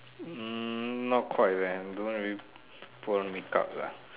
hmm not quite leh don't really put on make-up lah